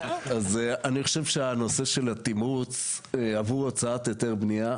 אני חושב שהנושא של התמרוץ עבור הוצאת היתר בנייה,